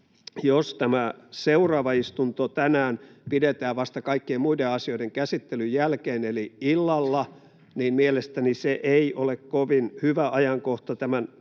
jos tämä seuraava istunto tänään pidetään vasta kaikkien muiden asioiden käsittelyn jälkeen eli illalla, niin mielestäni se ei ole kovin hyvä ajankohta tämän